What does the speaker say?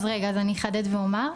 אז אני אחדד ואומר,